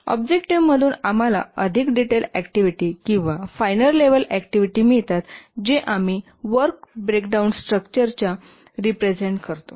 ऑब्जेक्टिव्हतून आम्हाला अधिक detail activity किंवा फायनर लेव्हल ऍक्टिव्हिटी मिळतात जे आम्ही वर्क ब्रेकडाउन संरचनेच्या स्ट्रक्चर रिप्रेझेंट करतो